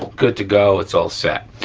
good to go, it's all set.